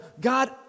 God